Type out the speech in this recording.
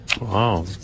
Wow